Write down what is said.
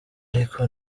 ariko